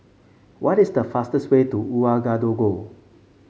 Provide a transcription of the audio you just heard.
what is the fastest way to Ouagadougou